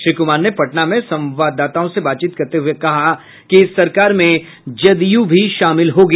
श्री कुमार ने पटना में संवाददाताओं से बातचीत करते हुए कहा कि इस सरकार में जदयू भी शामिल होगी